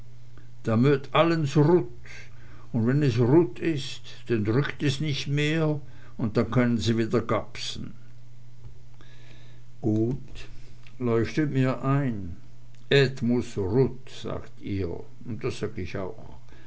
dat möt allens rut un wenn et rut is denn drückt et nich mihr un denn künnen se wedder gapsen gut leuchtet mir ein et muß rut sagt ihr und das sag ich auch